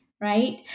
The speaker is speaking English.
right